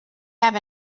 have